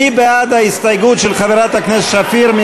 מי בעד ההסתייגות של חברת הכנסת שפיר?